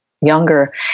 younger